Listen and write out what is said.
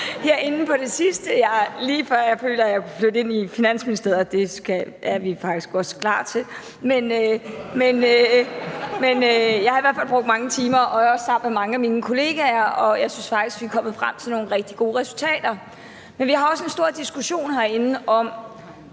herinde på det sidste. Det er lige før, jeg føler jeg kunne flytte ind i Finansministeriet – og det er vi faktisk også klar til. (Munterhed). Men jeg har i hvert fald brugt mange timer, også sammen med mange af mine kollegaer, og jeg synes faktisk, vi er kommet frem til nogle rigtig gode resultater. Vi har også en stor diskussion herinde om,